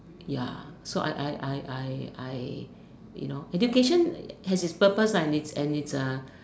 ya so I I I I I you know education has it's purpose lah and it's uh and it's uh